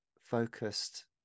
focused